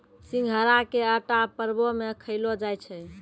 सिघाड़ा के आटा परवो मे खयलो जाय छै